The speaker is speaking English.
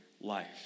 life